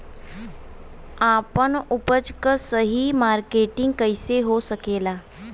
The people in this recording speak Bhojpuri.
आपन उपज क सही मार्केटिंग कइसे हो सकेला?